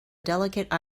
delicate